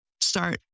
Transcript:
start